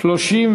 נתקבל.